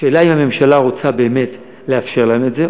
השאלה היא אם הממשלה רוצה באמת לאפשר להם את זה,